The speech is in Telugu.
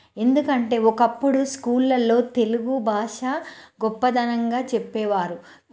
ఎందుకంటే ఒకప్పుడు స్కూళ్ళల్లో తెలుగు భాష గొప్పదనంగా చెప్పేవారు